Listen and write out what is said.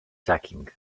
sacking